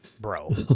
Bro